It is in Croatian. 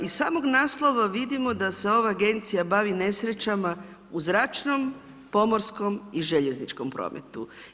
Iz samog naslova vidimo da se ova agencija bavi nesrećama u zračnom, pomorskom i željezničkom prometu.